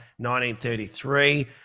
1933